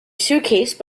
suitcase